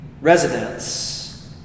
residents